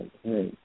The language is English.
Okay